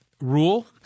rule